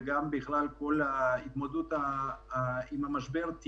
ובכלל כל ההתמודדות עם המשבר,